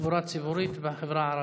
לתחבורה ציבורית בחברה הערבית.